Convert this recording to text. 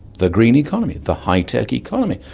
the green economy, the high-tech economy,